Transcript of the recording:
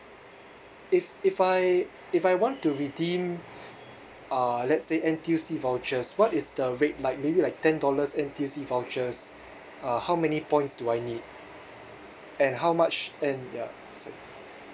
if if I if I want to redeem uh let's say N_T_U_C vouchers what is the rate like maybe like ten dollars N_T_U_C vouchers uh how many points do I need and how much and ya